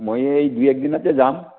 মই এই দুই এক দিনতে যাম